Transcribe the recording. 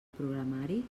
programari